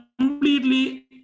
completely